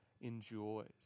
enjoys